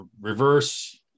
reverse